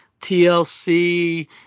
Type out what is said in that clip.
tlc